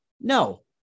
No